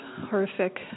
horrific